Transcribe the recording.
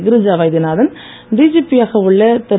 Girija Vaidyanathan DGP யாக உள்ள திரு